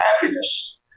happiness